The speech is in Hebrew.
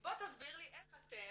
בוא תסביר לי איך אתם